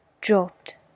dropped